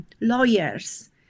lawyers